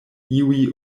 iuj